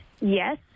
Yes